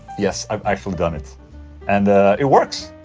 yes, i've actually done it and ah it works